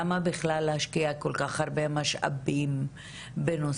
למה בכלל להשקיע כל כך הרבה משאבים בנושא?